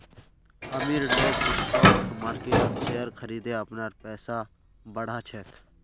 अमीर लोग स्टॉक मार्किटत शेयर खरिदे अपनार पैसा बढ़ा छेक